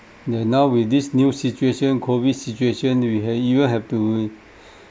ya now with this new situation COVID situation we have even have to